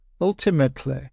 Ultimately